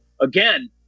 again